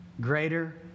greater